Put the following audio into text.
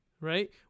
right